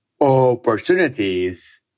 opportunities